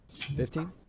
Fifteen